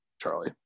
Charlie